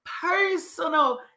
personal